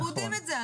אנחנו יודעים את זה.